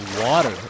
water